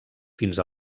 fins